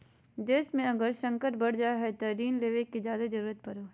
देश मे अगर संकट बढ़ जा हय तो ऋण लेवे के जादे जरूरत पड़ो हय